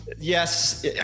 yes